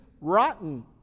rotten